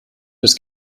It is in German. das